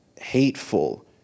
hateful